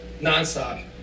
nonstop